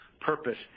purpose